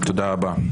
תודה רבה.